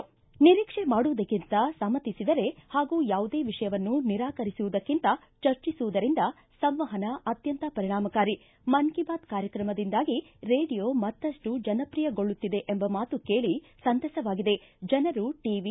ನಿರೀಕ್ಷೆ ಮಾಡುವುದಕ್ಕಿಂತ ಸಮ್ಮತಿಸಿದರೆ ಹಾಗೂ ಯಾವುದೇ ವಿಷಯವನ್ನು ನಿರಾಕರಿಸುವುದಕ್ಕಿಂತ ಚರ್ಚಿಸುವುದರಿಂದ ಸಂವಹನ ಅತ್ಯಂತ ಪರಿಣಾಮಕಾರಿ ಮನ್ ಕಿ ಬಾತ್ ಕಾರ್ಯಕ್ರಮದಿಂದಾಗಿ ರೇಡಿಯೋ ಮತ್ತಷ್ಟು ಜನಪ್ರಿಯಗೊಳ್ಳುತ್ತಿದೆ ಎಂಬ ಮಾತು ಕೇಳಿ ಸಂತಸವಾಗಿದೆ ಜನರು ಟಿ